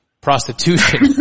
Prostitution